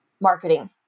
marketing